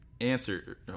answer